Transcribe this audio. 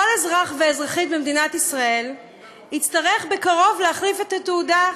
כל אזרח ואזרחית במדינת ישראל יצטרך בקרוב להחליף את התעודה,